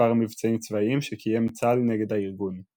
מספר מבצעים צבאיים שקיים צה"ל נגד הארגון.